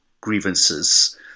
grievances